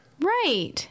Right